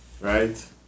right